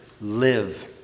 live